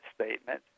statement